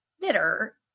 knitter